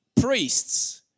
Priests